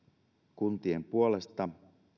kuntien puolesta